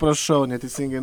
prašau neteisingai